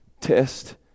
test